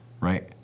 right